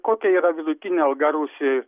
kokia yra vidutinė alga rusijoj